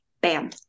bam